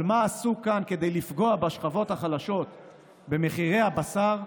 על מה עשו כאן כדי לפגוע בשכבות החלשות במחירי הבשר,